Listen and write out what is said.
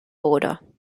border